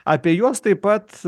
apie juos taip pat